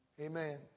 Amen